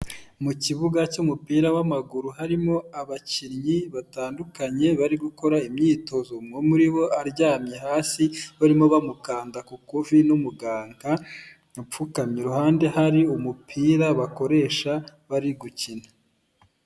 Mu kibuga cy'umupira w'amaguru, harimo abakinnyi batandukanye bari gukora imyitozo umwe muri bo aryamye hasi barimo bamukanda ku ivi, n'umuganga apfukamye, iruhande hari umupira bakoresha bari gukina.